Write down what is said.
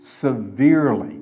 severely